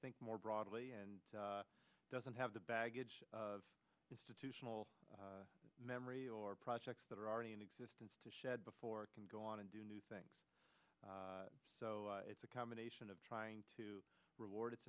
think more broadly and doesn't have the baggage of institutional memory or projects that are already in existence to shed before it can go on to do new things so it's a combination of trying to reward it